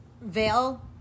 veil